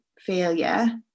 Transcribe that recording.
failure